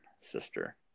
sister